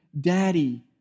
Daddy